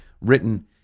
written